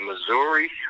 Missouri